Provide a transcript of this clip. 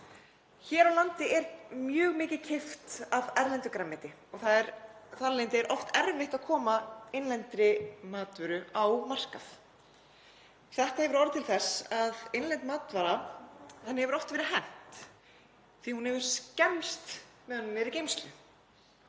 Hér á landi er mjög mikið keypt af erlendu grænmeti og þar af leiðandi er oft erfitt að koma innlendri matvöru á markað. Þetta hefur orðið til þess að innlendri matvöru hefur oft verið hent því að hún hefur skemmst á meðan hún er í geymslu.